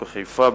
בחיפה,